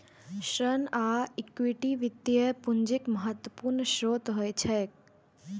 ऋण आ इक्विटी वित्तीय पूंजीक महत्वपूर्ण स्रोत होइत छैक